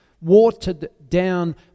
watered-down